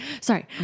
sorry